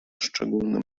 szczególnym